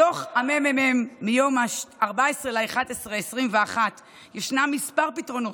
בדוח הממ"מ מיום 14 בנובמבר 2021 יש כמה פתרונות.